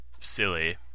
silly